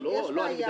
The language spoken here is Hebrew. יש בעיה.